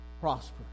prosper